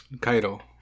Kaido